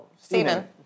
Stephen